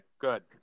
good